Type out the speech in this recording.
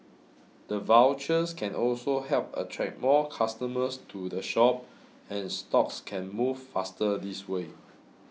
the vouchers can also help attract more customers to the shop and stocks can move faster this way